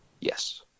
Yes